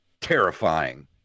terrifying